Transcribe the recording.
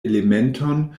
elementon